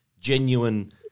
genuine